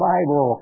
Bible